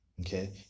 Okay